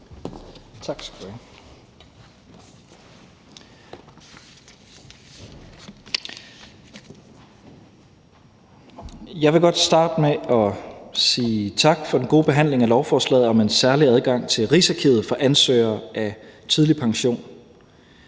Tak for det. Jeg vil godt starte med at sige tak for den gode behandling af lovforslaget om en særlig adgang til Rigsarkivet for ansøgere til tidlig pension.